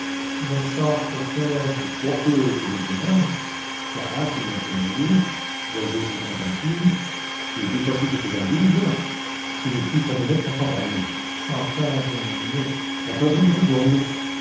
de sorte que de sorte que maintenant la hache ayant tournoyé l'oiseau s'étant enfui et deux fois six faisant douze je n'ai plus qu'à me mettre en campagne sans perdre une minute sans perdre une seconde